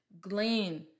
Glean